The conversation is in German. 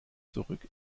zurück